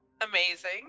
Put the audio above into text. Amazing